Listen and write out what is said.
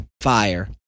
fire